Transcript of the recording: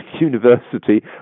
university